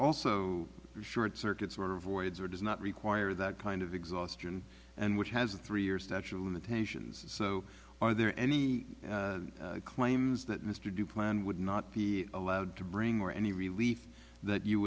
also short circuits were avoids or does not require that kind of exhaustion and which has a three year statue of limitations so are there any claims that mr du plan would not be allowed to bring more any relief that you